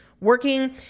working